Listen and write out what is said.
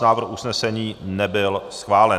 Návrh usnesení nebyl schválen.